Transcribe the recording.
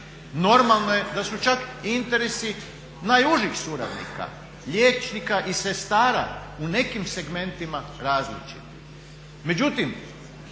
Normalno je da su čak i interesi najužih suradnika liječnika i sestara u nekim segmentima različiti.